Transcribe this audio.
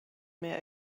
mehr